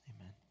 Amen